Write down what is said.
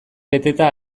beteta